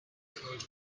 cold